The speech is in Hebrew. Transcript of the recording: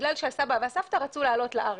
בגלל שהסבא והסבתא רצו לעלות לארץ.